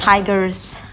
tigers